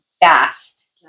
fast